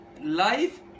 Life